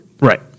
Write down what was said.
right